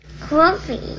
Coffee